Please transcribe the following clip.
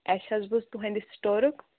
اَسہِ حظ بوٗز تُہٕنٛدِ سِٹورُک